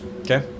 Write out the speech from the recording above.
Okay